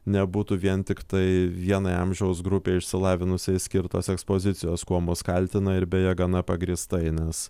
nebūtų vien tiktai vienai amžiaus grupei išsilavinusiais skirtos ekspozicijos kuo mus kaltina ir beje gana pagrįstai nes